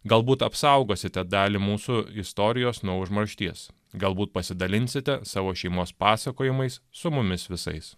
galbūt apsaugosite dalį mūsų istorijos nuo užmaršties galbūt pasidalinsite savo šeimos pasakojimais su mumis visais